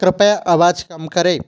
कृपया आवाज़ कम करें